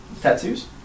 Tattoos